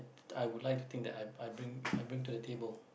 I would like to think that I I bring I bring to the table